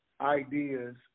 ideas